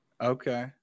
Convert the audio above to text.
Okay